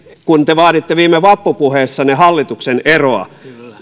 kun te vaaditte viime vappupuheessanne hallituksen eroa